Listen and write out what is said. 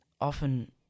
often